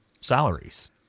salaries